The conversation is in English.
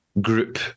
group